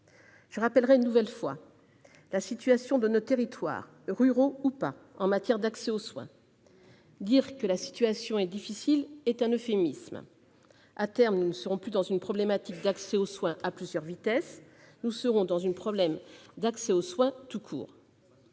Je rappellerai une nouvelle fois la situation de nos territoires, ruraux ou non, en matière d'accès aux soins. Dire que la situation est difficile est un euphémisme ! À terme, nous ne serons plus dans une problématique d'accès aux soins à plusieurs vitesses, mais dans celle de l'accès aux soins, tout court